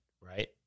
right